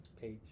Page